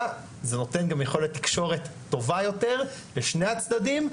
זה נותן יכולת תקשורת טובה יותר לשני הצדדים.